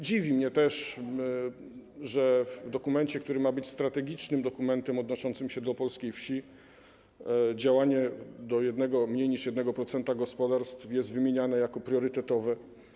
Dziwi mnie też, że w dokumencie, który ma być strategicznym dokumentem odnoszącym się do polskiej wsi, działanie kierowane do mniej niż 1% gospodarstw jest wymieniane jako priorytetowe.